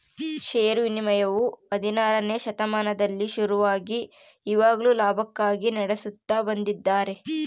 ಷೇರು ವಿನಿಮಯವು ಹದಿನಾರನೆ ಶತಮಾನದಲ್ಲಿ ಶುರುವಾಗಿ ಇವಾಗ್ಲೂ ಲಾಭಕ್ಕಾಗಿ ನಡೆಸುತ್ತ ಬಂದಿದ್ದಾರೆ